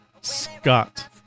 Scott